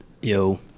Yo